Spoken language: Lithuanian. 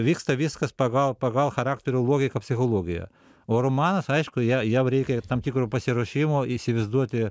vyksta viskas pagal pagal charakterio logiką psichologiją o romanas aišku ja jau reikia tam tikro pasiruošimo įsivaizduoti